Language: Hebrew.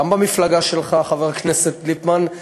גם במפלגה שלך, חבר הכנסת ליפמן.